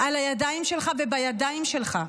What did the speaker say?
על הידיים שלך ובידיים שלך.